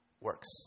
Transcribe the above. works